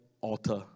altar